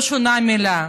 לא שונתה מילה,